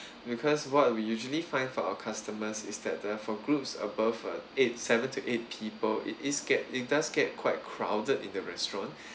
because what we usually find for our customers is that the for groups above uh eight seven to eight people it is get it does get quite crowded in the restaurant